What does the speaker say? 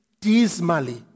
dismally